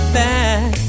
back